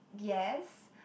yes